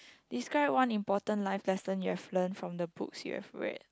describe one important life lesson you have learnt from the books you have read